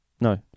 No